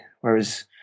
whereas